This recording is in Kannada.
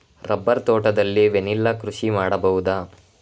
ರಬ್ಬರ್ ತೋಟದಲ್ಲಿ ವೆನಿಲ್ಲಾ ಕೃಷಿ ಮಾಡಬಹುದಾ?